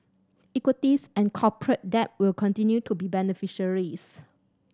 equities and corporate debt will continue to be beneficiaries